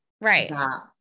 Right